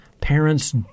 parents